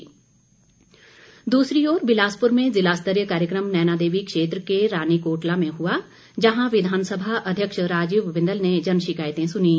जनमंच कार्यक्रम दूसरी ओर बिलासपुर में ज़िलास्तरीय कार्यक्रम नैनादेवी क्षेत्र के रानीकोटला में हुआ जहां विधानसभा अध्यक्ष राजीव बिंदल ने जन शिकायतें सुनीं